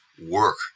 Work